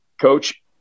coach